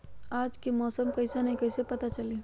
आज के मौसम कईसन हैं कईसे पता चली?